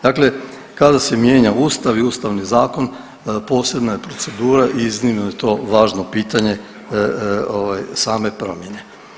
Dakle, kada se mijenja Ustav i Ustavni zakon posebna je procedura i iznimno je to važno pitanje ovaj same promjene.